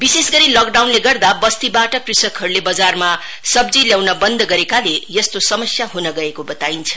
विशेषगरी लकडाउनले गर्दा बस्तीबाट कृषकहरूले बजारमा सब्जी ल्याउन बन्द गरेकोले यस्तो समस्या हुन गएको बताइन्छ